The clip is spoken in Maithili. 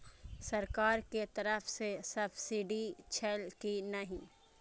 सरकार के तरफ से सब्सीडी छै कि नहिं?